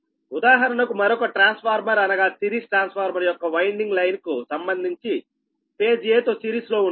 ఉదాహరణకు మరొక ట్రాన్స్ఫార్మర్ అనగా సిరీస్ ట్రాన్స్ఫార్మర్ యొక్క వైండింగ్ లైన్ కు సంబంధించి ఫేజ్ 'a'తో సిరీస్ లో ఉంటుంది